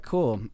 Cool